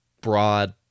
broad